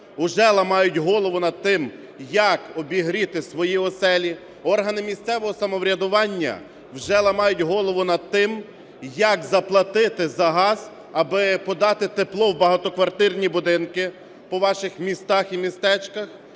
уже ламають голову над тим, як обігріти свої оселі, органи місцевого самоврядування вже ламають голову над тим, як заплатити за газ аби подати тепло в багатоквартирні будинки по ваших містах і містечках,